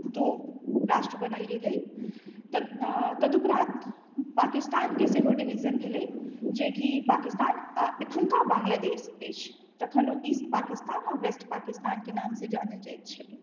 दू राष्ट्र बनायल गेलै तद तदुपरान्त पाकिस्तानके सेहो डिवीज़न भेलै जेकि पाकिस्तान आ एखुनका बांग्लादेश अछि तखन ओ ईस्ट पाकिस्तान आ वेस्ट पाकिस्तानके नामसँ जानल जाइत छलै